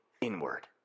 inward